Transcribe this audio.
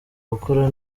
gukora